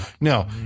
No